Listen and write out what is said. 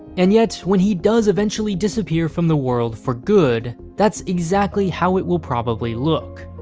and yet, when he does eventually disappear from the world for good, that's exactly how it will probably look.